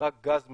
רק גז מטופל,